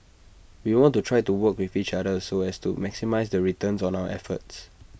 we want to try to work with each other so as to maximise the returns on our efforts